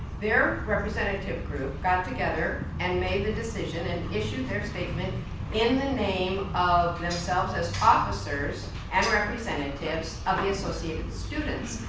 their representative group got together and made the decision and issued their statement in the name of their selves as officers and representatives of the associated students.